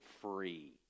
free